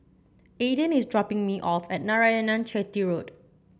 Ayden is dropping me off at Narayanan Chetty Road